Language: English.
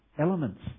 elements